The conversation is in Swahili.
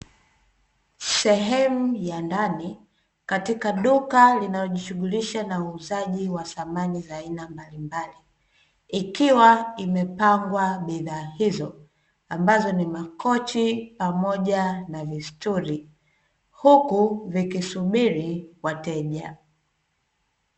Sehemu ya ndani, katika duka linalojishughulisha na uuzaji wa samani mbalimbali, ikiwa imepangwa bidhaa hizo, ambazo ni makochi pamoja na vistuli, huku vikisubiri wateja.